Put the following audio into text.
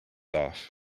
off